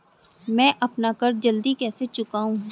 मैं अपना कर्ज जल्दी कैसे चुकाऊं?